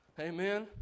Amen